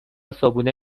صبحونه